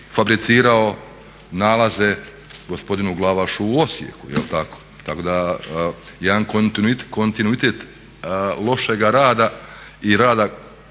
fabricirao nalaze gospodinu Glavašu u Osijeku jel' tako. Tako da jedan kontinuitet lošega rada i rada